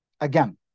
again